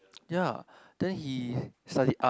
ya then he studies art